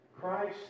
Christ